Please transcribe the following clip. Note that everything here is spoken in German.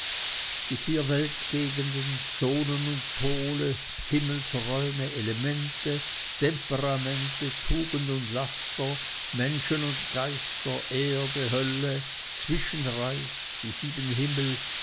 die vier weltgegenden zonen und pole himmelsräume elemente temperamente tugenden und laster menschen und geister erde hölle zwischenreich die sieben himmel